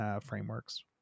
frameworks